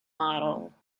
model